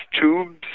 tubes